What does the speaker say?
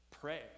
Pray